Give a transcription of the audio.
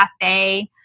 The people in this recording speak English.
Cafe